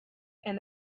and